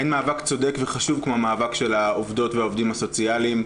אין מאבק צודק וחשוב כמו המאבק של העובדות והעובדים הסוציאליים.